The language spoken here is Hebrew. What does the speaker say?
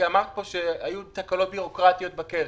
כי אמרת פה שהיו תקלות בירוקרטיות בקרן.